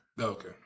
okay